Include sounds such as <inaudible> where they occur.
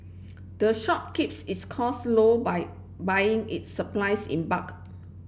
<noise> the shop keeps its cost low by buying its supplies in bulk